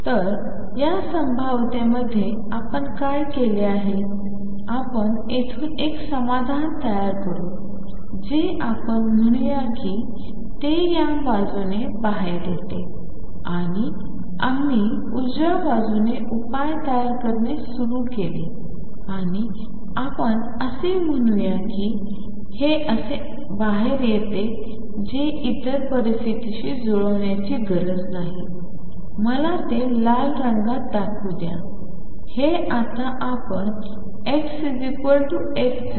तर या संभाव्यतेमध्ये आपण काय केले आहे आपण येथून एक समाधान तयार करू जे आपण म्हणुयाकी ते या बाजूने बाहेर येते आणि आम्ही उजव्या बाजूने उपाय तयार करणे सुरू केले आणि आपण असे म्हणूया की हे असे बाहेर येते जे इतर परिस्थितीशी जुळण्याची गरज नाही मला ते लाल रंगात दाखवू द्या हे आता आपण xx0